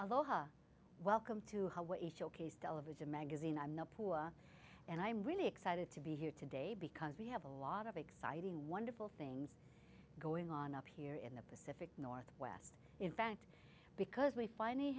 aloha welcome to hawaii showcase television magazine i'm not poor and i'm really excited to be here today because we have a lot of exciting wonderful things going on up here in the pacific northwest in fact because we finally